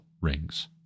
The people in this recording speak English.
rings